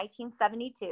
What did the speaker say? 1972